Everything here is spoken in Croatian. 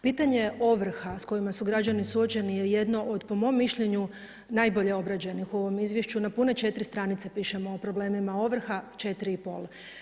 Pitanje ovrha s kojima su građani suočeni je jedno od po mom mišljenju, najbolje obrađenih u ovom izvješću, na pune 4 stranice pišemo o problemima ovrha, 4 i pol.